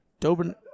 Dobin